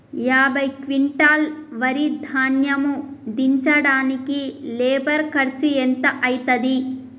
యాభై క్వింటాల్ వరి ధాన్యము దించడానికి లేబర్ ఖర్చు ఎంత అయితది?